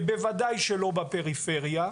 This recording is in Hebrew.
ובוודאי שלא בפריפריה,